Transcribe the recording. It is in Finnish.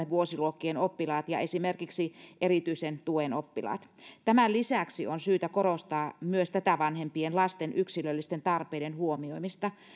vuosiluokkien oppilaat ja esimerkiksi erityisen tuen oppilaat tämän lisäksi on syytä korostaa myös tätä vanhempien lasten yksilöllisten tarpeiden huomioimista